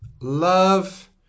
love